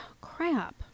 Crap